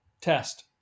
test